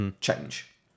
change